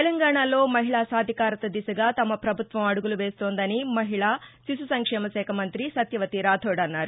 తెలంగాణలో మహిళ సాధికారత దిశగా తమ పభుత్వం అడుగులు వేస్తోందని మహిళా శిశు సంక్షేమ శాఖ మంతి సత్యవతి రాథోడ్ అన్నారు